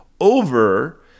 over